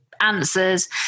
Answers